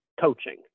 coaching